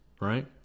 Right